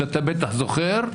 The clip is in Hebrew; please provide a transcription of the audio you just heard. שאתה בטח זוכר.